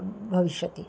भविष्यति